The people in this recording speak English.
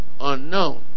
unknown